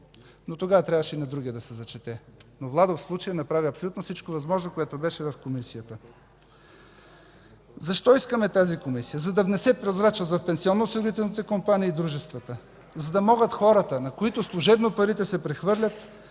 но тогава трябваше и на другия да се зачете. Владо Николов в случая направи абсолютно всичко възможно в Комисията. Защо искаме тази Комисия? За да внесе прозрачност в пенсионно-осигурителните компании и дружествата, за да могат хората, на които служебно парите се прехвърлят